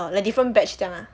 orh like different batch 这样 ah